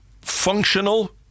functional